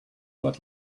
what